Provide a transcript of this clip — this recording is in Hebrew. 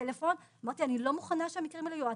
הרמתי טלפון ואמרתי שאני לא מוכנה שהמקרים האלה יהיו.